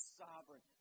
sovereign